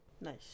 Nice